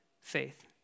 faith